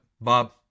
Bob